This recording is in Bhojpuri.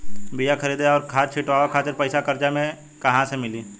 बीया खरीदे आउर खाद छिटवावे खातिर पईसा कर्जा मे कहाँसे मिली?